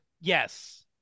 Yes